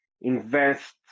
invest